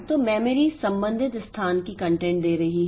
तो मेमोरी संबंधित स्थान की कंटेंट दे रही है